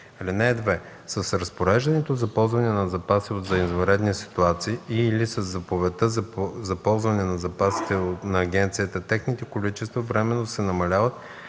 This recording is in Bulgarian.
(2) С разпореждането за ползване на запаси за извънредни ситуации и/или със заповедта за ползване на запасите на агенцията техните количества временно се намаляват